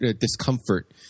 discomfort